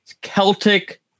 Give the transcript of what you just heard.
celtic